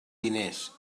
diners